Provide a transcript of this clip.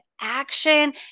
action